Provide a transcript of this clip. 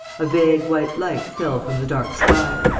a vague white light fell from the dark sky.